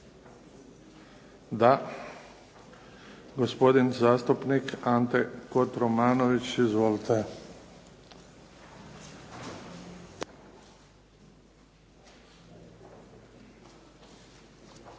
Da. Gospodin zastupnik Ante Kotromanović. Izvolite.